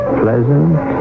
pleasant